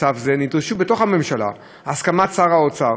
לצו זה נדרשו בתוך הממשלה הסכמת שר האוצר,